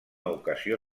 ocasió